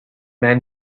man